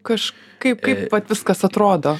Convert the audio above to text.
kažkaip kaip vat viskas atrodo